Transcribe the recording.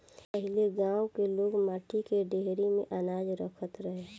पहिले गांव के लोग माटी के डेहरी में अनाज रखत रहे